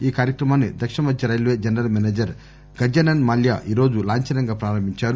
ఈ కార్యక్రమాన్ని దక్షిణ మధ్య railway general manager Gajanan Mallya ఈరోజు లాంఛనంగా ప్రారంభించారు